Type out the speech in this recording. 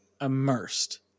immersed